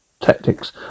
tactics